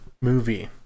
movie